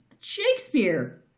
Shakespeare